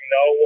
no